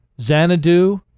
Xanadu